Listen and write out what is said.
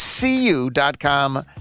cu.com